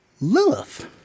lilith